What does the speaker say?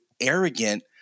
arrogant